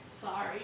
Sorry